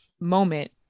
moment